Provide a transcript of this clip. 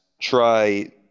try